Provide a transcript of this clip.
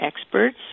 experts